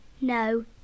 no